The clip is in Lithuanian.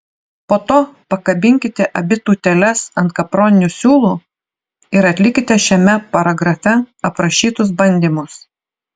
po to pakabinkite abi tūteles ant kaproninių siūlų ir atlikite šiame paragrafe aprašytus bandymus